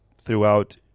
throughout